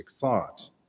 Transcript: thought